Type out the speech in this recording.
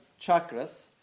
chakras